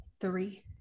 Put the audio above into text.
three